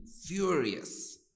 furious